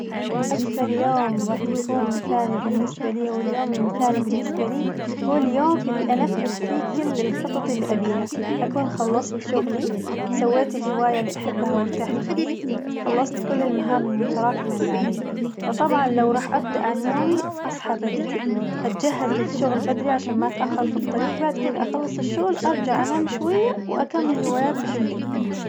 أكثر يوم راح يكون مثالي بالنسبة لي واليوم المثالي بالنسبة لي هو اليوم اللي أنفذ فيه كل الخطط اللي أبيها، جكون خلصت شغلي سويت الهواية اللي أحبها وارتحت فيه، خلصت كل المهام المتراكمة اللي علي، فطبعاً لو راح أبدأ عن يومي أصحى بدري أتجهز للشغل بدري عشان ما أتأخر في الطريق بعد كذا أخلص الشغل أرجع أنام شوية وأكمل هواياتي بالليل.